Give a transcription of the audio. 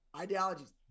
ideologies